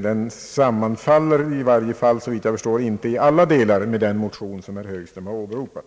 Den sammanfaller i varje fall, såvitt jag förstår, inte i alla delar med den motion som herr Högström åberopat.